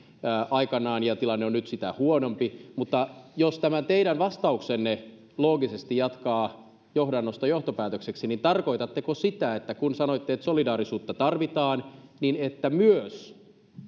aikanaan ja tilanne on nyt sitä huonompi jos tämän teidän vastauksenne loogisesti jatkaa johdannosta johtopäätökseksi niin tarkoitatteko sitä kun sanoitte että solidaarisuutta tarvitaan että myös